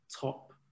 top